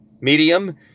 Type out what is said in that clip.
medium